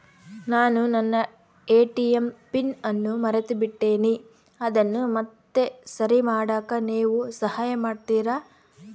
ನಾನು ನನ್ನ ATM pin ಅನ್ನು ಮರೆತುಬಿಟ್ಟೇನಿ ಅದನ್ನು ಮತ್ತೆ ಸರಿ ಮಾಡಾಕ ನೇವು ಸಹಾಯ ಮಾಡ್ತಿರಾ?